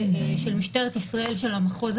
אפשר להתווכח כי אני מבין למה רוצים פה שליש כי גם רבע,